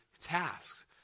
tasks